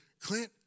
Clint